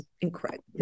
incredible